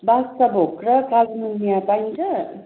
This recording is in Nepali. बादसाह भोग र कालो नुनिया पाइन्छ